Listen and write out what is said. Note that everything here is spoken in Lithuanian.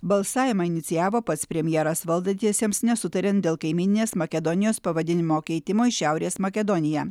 balsavimą inicijavo pats premjeras valdantiesiems nesutariant dėl kaimyninės makedonijos pavadinimo keitimo į šiaurės makedoniją